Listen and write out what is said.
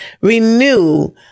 renew